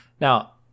Now